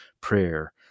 prayer